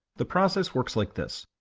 the process works like this.